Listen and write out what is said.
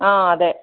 ആ അതെ